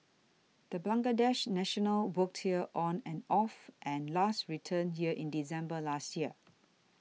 the Bangladesh national worked here on and off and last returned here in December last year